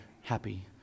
happy